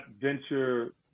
venture